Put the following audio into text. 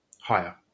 higher